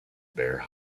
bear